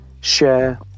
share